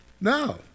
No